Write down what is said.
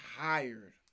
tired